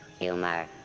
humor